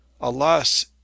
Alas